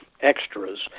extras